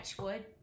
wood